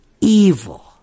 evil